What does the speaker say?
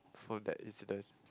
from that incident